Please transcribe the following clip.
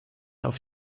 auf